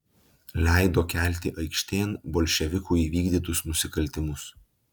leido kelti aikštėn bolševikų įvykdytus nusikaltimus